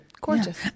gorgeous